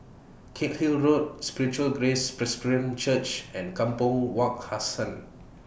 Cairnhill Road Spiritual Grace Presbyterian Church and Kampong Wak Hassan